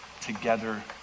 together